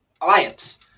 alliance